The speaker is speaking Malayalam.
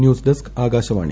news desk Akashvani